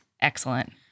Excellent